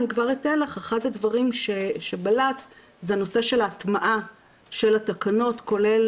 אחד הדברים שבלט זה נושא של הטמעת התקנות כולל